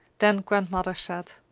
then grandmother said,